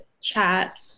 chat